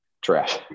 trash